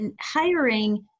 hiring